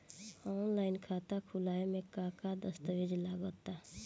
Online खाता खूलावे म का का दस्तावेज लगा ता?